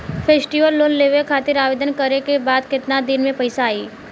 Festival loan लेवे खातिर आवेदन करे क बाद केतना दिन म पइसा आई?